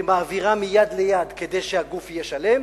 ומעבירה מיד ליד כדי שהגוף יהיה שלם,